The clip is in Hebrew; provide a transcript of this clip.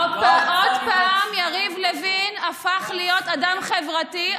עוד פעם יריב לוין הפך להיות אדם חברתי,